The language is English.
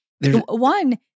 one